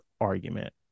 argument